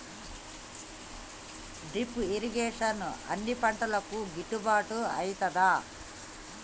Drip irrigation అన్ని పంటలకు గిట్టుబాటు ఐతదా?